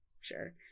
sure